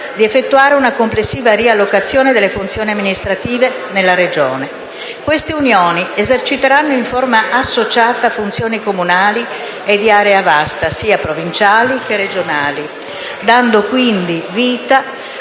di effettuare una complessiva riallocazione delle funzioni amministrative nella Regione. Queste Unioni eserciteranno in forma associata funzioni comunali e di area vasta, sia provinciali che regionali, dando quindi vita